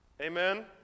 Amen